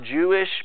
Jewish